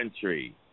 country